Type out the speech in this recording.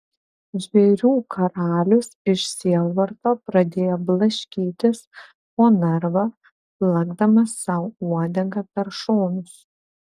žvėrių karalius iš sielvarto pradėjo blaškytis po narvą plakdamas sau uodega per šonus